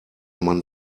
man